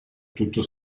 tutto